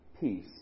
peace